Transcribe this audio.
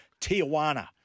Tijuana